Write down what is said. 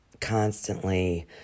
constantly